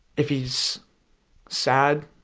if he's sad,